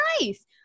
nice